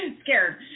scared